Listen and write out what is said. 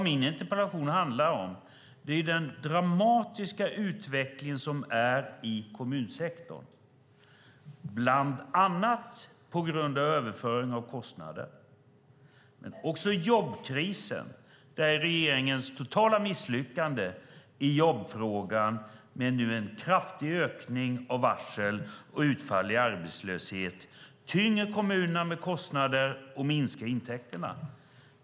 Min interpellation handlar om den dramatiska utvecklingen i kommunsektorn, bland annat på grund av överföring av kostnader men också på grund av jobbkrisen där regeringens totala misslyckande i jobbfrågan med en kraftig ökning av varsel nu och utfall i arbetslöshet tynger kommunerna med kostnader och minskar intäkterna.